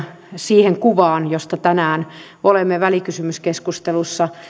siihen kuvaan josta tänään olemme välikysymyskeskustelussa